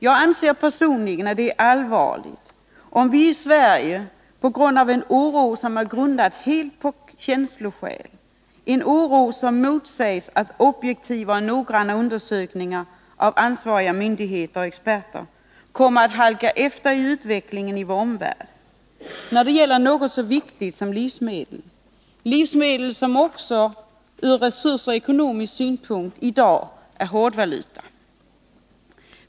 Jag anser personligen att det är allvarligt om vi i Sverige, på grund av en oro som bygger helt på känsloskäl, en oro som motsägs av objektiva och noggranna undersökningar av ansvariga myndigheter och experter, kommer att halka efter utvecklingen i vår omvärld när det gäller något så viktigt som livsmedel, livsmedel som också ur resurssynpunkt och ekonomisk synpunkt i dag är hårdvaluta.